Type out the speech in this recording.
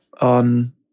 on